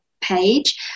page